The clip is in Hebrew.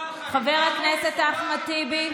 חבר הכנסת אחמד טיבי,